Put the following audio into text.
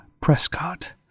Prescott